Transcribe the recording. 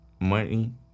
money